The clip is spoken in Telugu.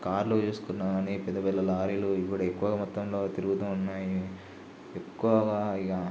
కార్లు చూసుకున్నా గానీ పెద్ద పెద్ద లారీలు ఇప్పుడు ఎక్కువ మొత్తంలో తిరుగుతూ ఉన్నాయి ఎక్కువగా ఇక